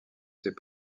ses